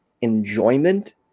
enjoyment